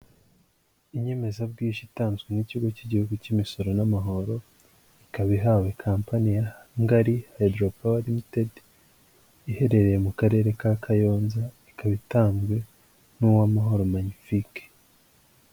Inyemezabwishyu itanzwe n'ikigo cy'igihugu cy'imisoro n'amahoro, ikaba ihawe kampani ya ngari hayiropawa rimitedi iherereye mu karere ka Kayonza, ikaba itanzwe n'Uwamahoro Magnifique.